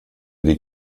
die